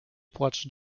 płacz